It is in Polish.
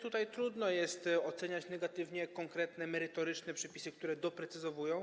Trudno jest więc oceniać negatywnie konkretne merytoryczne przepisy, które doprecyzowują.